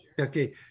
Okay